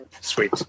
Sweet